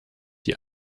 die